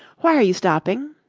why are you stopping?